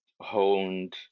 honed